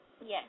Yes